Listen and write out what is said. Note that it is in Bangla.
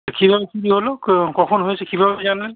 কীরম কী হল কখন হয়েছে কীভাবে জানলেন